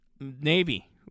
Navy